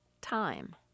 time